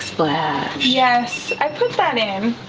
yes i put that in.